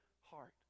heart